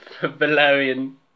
Valerian